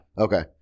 Okay